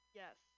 yes